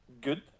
good